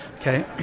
okay